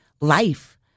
life